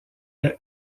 est